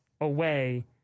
away